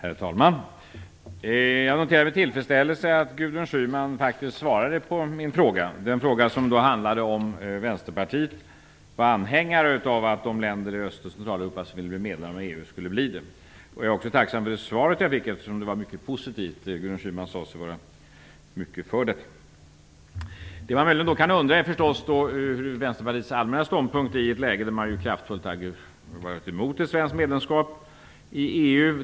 Herr talman! Jag noterar med tillfredsställelse att Gudrun Schyman faktiskt svarade på min fråga om Vänsterpartiet är anhängare av att de länder i Öst och Centraleuropa som vill bli medlemmar i EU skulle bli det. Jag är också tacksam för det svar som jag fick, eftersom det var mycket positivt. Gudrun Schyman sade sig vara mycket för detta. Det man möjligen kan undra är förstås över Vänsterpartiets allmänna ståndpunkt i ett läge där man kraftfullt varit emot ett svenskt medlemskap i EU.